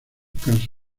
casos